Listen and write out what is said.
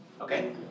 Okay